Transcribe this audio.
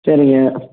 சரிங்க